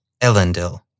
Elendil